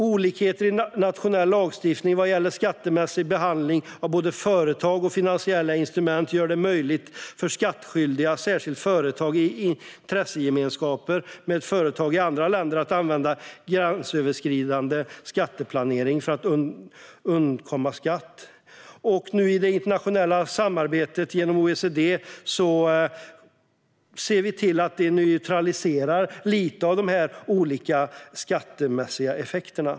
Olikheter i nationell lagstiftning vad gäller skattemässig behandling av både företag och finansiella instrument gör det möjligt för skattskyldiga, särskilt företag i intressegemenskaper med företag i andra länder, att använda gränsöverskridande skatteplanering för att undkomma skatt. I det internationella samarbetet genom OECD ser vi till att neutralisera lite av de olika skattemässiga effekterna.